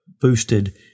boosted